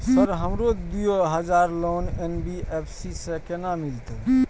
Sir हमरो दूय हजार लोन एन.बी.एफ.सी से केना मिलते?